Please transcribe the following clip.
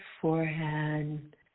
forehead